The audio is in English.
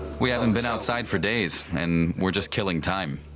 we haven't been outside for days and we're just killing time.